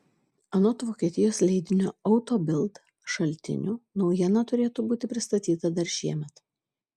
anot vokietijos leidinio auto bild šaltinių naujiena turėtų būti pristatyta dar šiemet